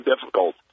difficult